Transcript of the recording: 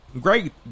great